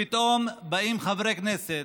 פתאום באים חברי הכנסת,